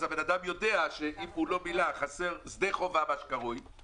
אז הבן-אדם יודע שאם הוא לא מילא שדה חובה --- לא,